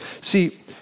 See